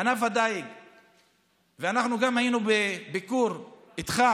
אנחנו גם היינו בביקור איתך